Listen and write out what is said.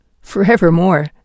Forevermore